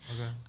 Okay